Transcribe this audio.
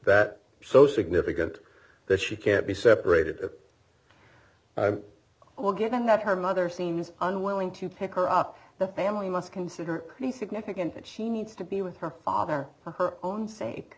that so significant that she can't be separated or given that her mother seems unwilling to pick her up the family must consider pretty significant that she needs to be with her father for her own sake